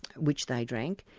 which they drank.